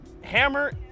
hammer